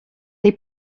they